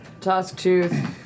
Tusktooth